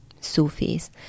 Sufis